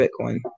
Bitcoin